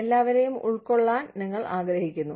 എല്ലാവരേയും ഉൾക്കൊള്ളാൻ നിങ്ങൾ ആഗ്രഹിക്കുന്നു